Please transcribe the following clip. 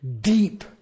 deep